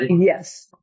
Yes